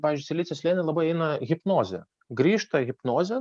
pavyzdžiui silicio slėny labai eina hipnozė grįžta hipnozė